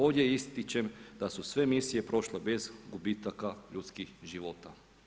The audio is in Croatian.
Ovdje ističem da su sve misije prošle bez gubitaka ljudskih života.